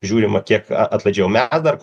žiūrima kiek atlaidžiau mes dar